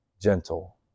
gentle